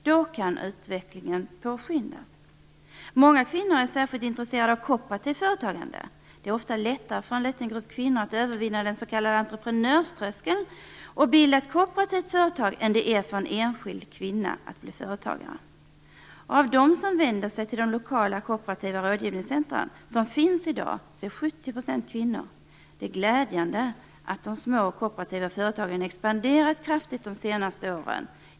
Därigenom kan utvecklingen påskyndas. Många kvinnor är särskilt intresserade av kooperativt företagande. Det är ofta lättare för en liten grupp kvinnor att övervinna den s.k. entreprenörströskeln och bilda ett kooperativt företag än vad det är för en enskild kvinna att bli företagare. Av dem som vänder sig till de lokala kooperativa rådgivningscentrum som finns i dag är 70 % kvinnor. Det är glädjande att de små kooperativa företagen har expanderat under de senaste åren.